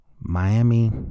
Miami